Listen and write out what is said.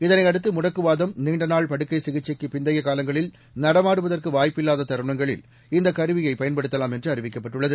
இதனையடுத்துமுடக்குவாதம் படுக்கைசிகிச்சைக்குப் நீண்டநாள் பிந்தையகாலங்களில் நடமாடுவதற்குவாய்ப்பில்லாததருணங்களில் இந்தகருவியைபயன்படுத்தலாம் என்றுஅறிவிக்கப்பட்டுள்ளது